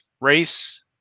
race